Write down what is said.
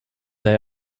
they